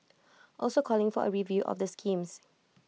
also calling for A review of the schemes